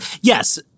yes